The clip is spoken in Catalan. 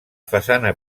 façana